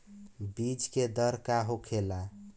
बीज के दर का होखेला?